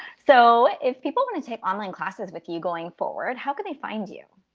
so if people want to take online classes with you going forward, how can they find you?